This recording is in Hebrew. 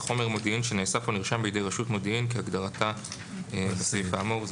"חומר מודיעין שנאסף או נרשם בידי רAUת מודיעין כהגדרתה בסעיף האמור".